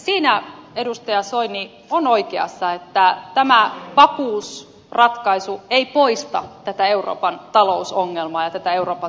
siinä edustaja soini on oikeassa että tämä vakuusratkaisu ei poista tätä euroopan talousongelmaa ja tätä euroopan talouskriisiä